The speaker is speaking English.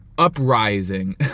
Uprising